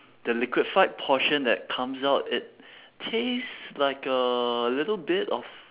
the liquefied portion that comes out it tastes like a little bit of